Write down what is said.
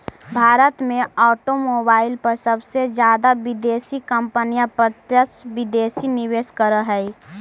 भारत में ऑटोमोबाईल पर सबसे जादा विदेशी कंपनियां प्रत्यक्ष विदेशी निवेश करअ हई